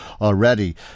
already